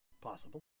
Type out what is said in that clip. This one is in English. Possible